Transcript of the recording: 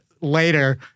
later